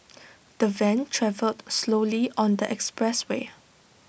the van travelled slowly on the expressway